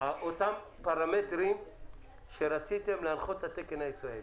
אותם פרמטרים שרציתם להנחות את התקן הישראלי.